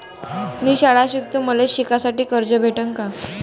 मी शाळा शिकतो, मले शिकासाठी कर्ज भेटन का?